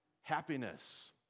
Happiness